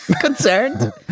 Concerned